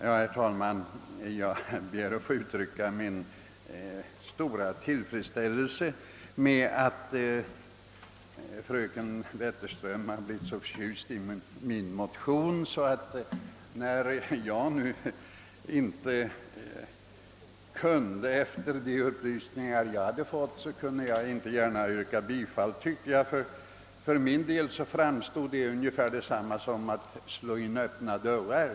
Herr talman! Jag ber att få uttrycka min stora tillfredsställelse över att fröken Wetterström har blivit så förtjust i min motion, men efter de upplysningar jag skaffat mig kan jag inte yrka bifall till reservationen, eftersom det vore ungefär detsamma som att slå in öppna dörrar.